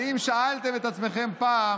האם שאלתם את עצמכם פעם